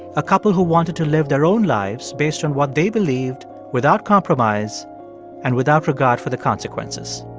a couple who wanted to live their own lives based on what they believed without compromise and without regard for the consequences.